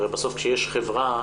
הרי בסוף כשיש חברה